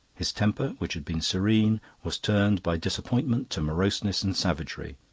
his temper, which had been serene, was turned by disappointment to moroseness and savagery.